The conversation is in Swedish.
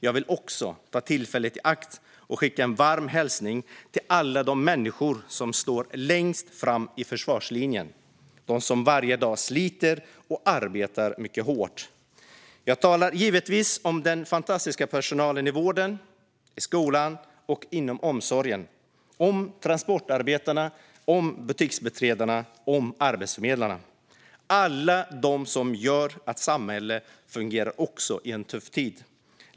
Jag vill också ta tillfället i akt att skicka en varm hälsning till alla de människor som står längst fram i försvarslinjen - de som varje dag sliter och arbetar mycket hårt. Jag talar givetvis om den fantastiska personalen i vården, i skolan och inom omsorgen, liksom om transportarbetarna, butiksbiträdena och arbetsförmedlarna. Jag talar om alla dem som gör att samhället fungerar även i en tuff tid.